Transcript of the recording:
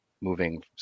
moving